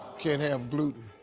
can't have gluten.